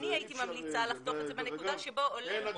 אני הייתי ממליצה לחתוך את זה בנקודה שבו עולה